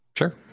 Sure